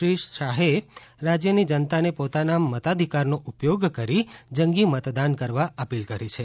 શ્રી શાહે રાજયની જનતાને પોતાના મતાધિકારનો ઉપયોગ કરી જંગી મતદાન કરવા અપીલ કરી છે